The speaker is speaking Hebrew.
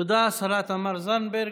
תודה, השרה תמר זנדברג.